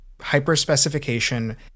hyper-specification